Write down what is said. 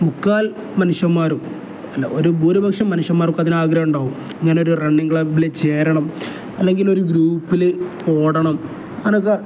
മുക്കാൽ മനുഷ്യന്മാരും അല്ല ഒരു ഭൂരിപക്ഷം മനുഷ്യന്മാർക്ക് അതിന് ആഗ്രഹം ഉണ്ടാകും ഇങ്ങനൊരു റണ്ണിങ് ക്ലബിൽ ചേരണം അല്ലെങ്കിൽ ഒരു ഗ്രൂപ്പിൽ ഓടണം അങ്ങനെയൊക്കെ